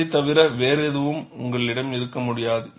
அதைத் தவிர வேறு எதுவும் உங்களிடம் இருக்க முடியாது